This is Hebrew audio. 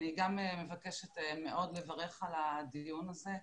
אני גם מבקשת מאוד לברך על הדיון הזה,